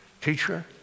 teacher